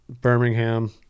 Birmingham